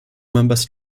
members